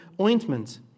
ointment